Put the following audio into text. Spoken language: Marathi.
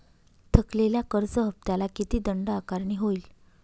थकलेल्या कर्ज हफ्त्याला किती दंड आकारणी होईल?